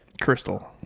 Crystal